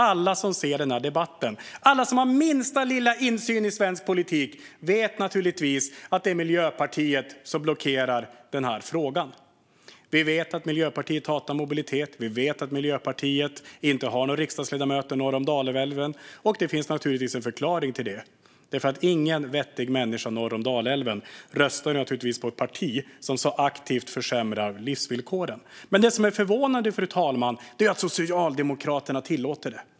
Alla som ser denna debatt, alla som har den minsta lilla insyn i svensk politik, vet naturligtvis att det är Miljöpartiet som blockerar frågan. Vi vet att Miljöpartiet hatar mobilitet, och vi vet att Miljöpartiet inte har några riksdagsledamöter norr om Dalälven. Och det finns naturligtvis en förklaring till det. Ingen vettig människa norr om Dalälven röstar på ett parti som så aktivt försämrar livsvillkoren. Men det som är förvånande är att Socialdemokraterna tillåter detta.